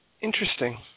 Interesting